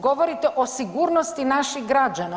Govorite o sigurnosti naših građana.